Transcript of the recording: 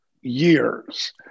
years